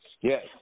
Yes